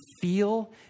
feel